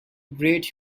great